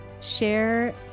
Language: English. share